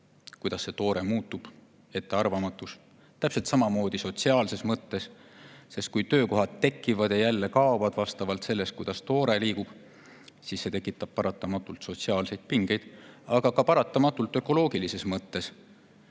kuidas see toore muutub, [kui valitseb] ettearvamatus. Täpselt samamoodi on sotsiaalses mõttes, sest kui töökohad tekivad ja kaovad vastavalt sellele, kuidas toore liigub, siis see tekitab paratamatult sotsiaalseid pingeid, aga seda ökoloogilises mõttes,